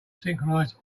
synchronize